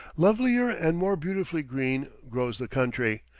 lovelier and more beautifully green grows the country,